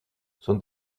son